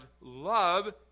love